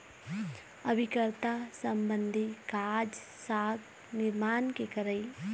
अभिकर्ता संबंधी काज, साख निरमान के करई